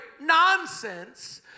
nonsense